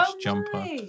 jumper